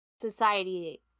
society